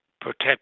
protect